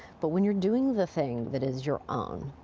but when you're doing the thing that is your own,